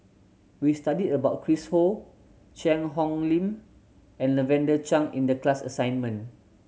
we studied about Chris Ho Cheang Hong Lim and Lavender Chang in the class assignment